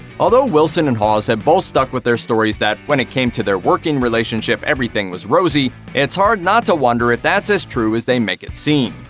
although wilson and hawes have both stuck with their stories that, when it came to their working relationship, relationship, everything was rosy, it's hard not to wonder if that's as true as they make it seem.